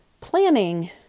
planning